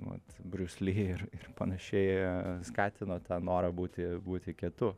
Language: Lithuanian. vat bruce lee ir ir panašiai skatino tą norą būti būti kietu